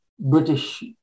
British